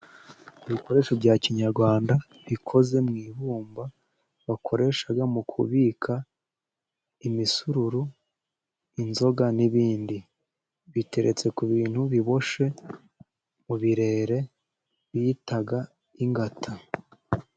Ibikoresho bya kinyarwanda bikoze mu ibumba bakoreshaga mu kubika imisururu, inzoga n'ibindi biteretse ku bintu biboshe mu birere bitaga ingata.